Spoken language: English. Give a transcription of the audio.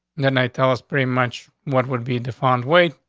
then i tell us pretty much what would be the fund? wait,